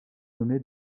nommé